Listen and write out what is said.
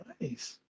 Nice